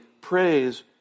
praise